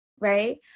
right